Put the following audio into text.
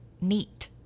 neat